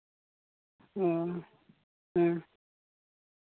ᱚ ᱦᱮᱸ